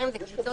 זאת התקהלות